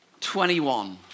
21